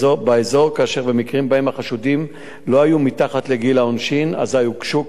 כאשר במקרים שבהם החשודים לא היו מתחת לגיל העונשין הוגשו כתבי-אישום.